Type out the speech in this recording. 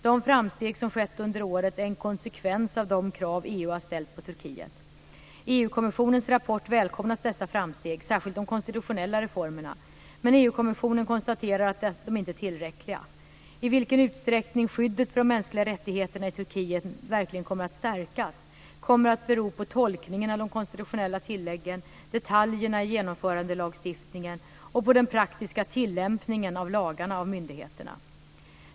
De framsteg som skett under året är en konsekvens av de krav EU har ställt på Turkiet. I EU-kommissionens rapport välkomnas dessa framsteg, särskilt de konstitutionella reformerna, men EU-kommissionen konstaterar att de inte är tillräckliga. I vilken utsträckning skyddet för de mänskliga rättigheterna i Turkiet verkligen kommer att stärkas kommer att bero på tolkningen av de konstitutionella tilläggen, detaljerna i genomförandelagstiftningen och den praktiska tillämpningen av lagarna av myndigheterna.